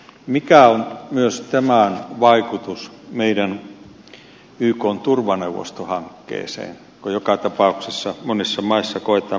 mikä on myös tämän vaikutus meidän ykn turvaneuvostohank keeseen kun joka tapauksessa monissa maissa koetaan merkittäväksi se että siellä on edustusto